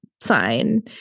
sign